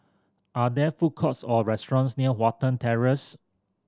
are there food courts or restaurants near Watten Terrace